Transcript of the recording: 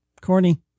corny